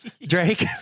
Drake